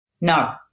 No